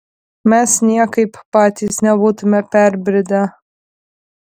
mes niekaip patys nebūtume perbridę